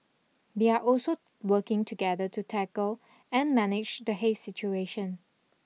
they are also working together to tackle and manage the haze situation